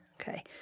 okay